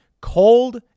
cold